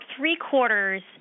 three-quarters